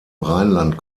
rheinland